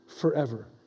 forever